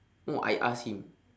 no I ask him